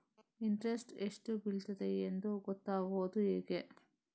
Interest ಎಷ್ಟು ಬೀಳ್ತದೆಯೆಂದು ಗೊತ್ತಾಗೂದು ಹೇಗೆ?